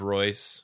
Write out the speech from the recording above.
Royce